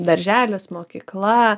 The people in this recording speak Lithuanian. darželis mokykla